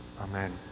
Amen